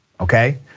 okay